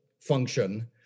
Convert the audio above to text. function